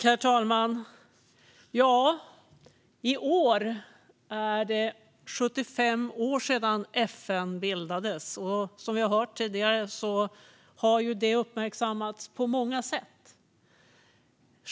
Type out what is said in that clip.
Herr talman! I år är det 75 år sedan FN bildades. Som vi har hört tidigare har detta uppmärksammats på många sätt.